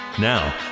Now